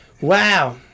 Wow